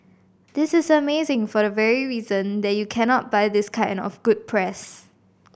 this is amazing for the very reason that you cannot buy this kind of good press